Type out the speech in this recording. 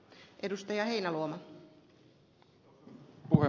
arvoisa puhemies